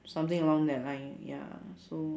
something along that line ya so